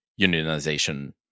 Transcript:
unionization